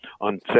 on